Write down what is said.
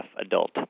adult